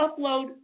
Upload